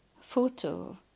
photo